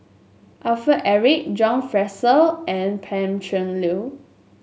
Alfred Eric John Fraser and Pan Cheng Lui